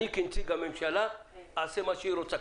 כנציג הממשלה אעשה מה שהיא רוצה.